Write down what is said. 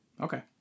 Okay